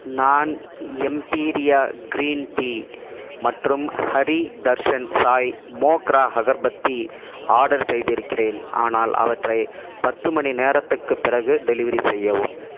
நான் Emperia green tea மற்றும் Hari Darshan Sai Mogra agarbatti order செய்திருக்கிறேன் ஆனால் அவற்றை பத்து மணி நேரத்துக்குப் பிறகு டெலிவரி செய்யவும்